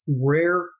rare